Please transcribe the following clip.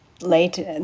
late